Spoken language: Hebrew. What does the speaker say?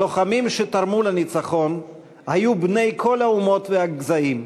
הלוחמים שתרמו לניצחון היו בני כל האומות והגזעים.